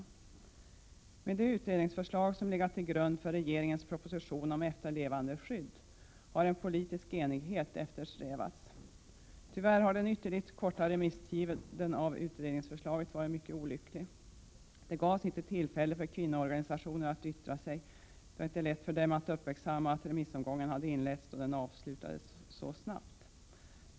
I arbetet med det utredningsförslag som legat till grund för regeringens proposition om efterlevandeskydd har en politisk enighet eftersträvats. Tyvärr har den ytterligt korta remisstiden för utredningsförslaget varit mycket olycklig. Det gavs inte tillfälle för kvinnoorganisationer att yttra sig — det var inte lätt för dem att uppmärksamma att remissomgången hade inletts, då den avslutades så snabbt.